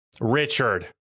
Richard